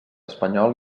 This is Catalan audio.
espanyol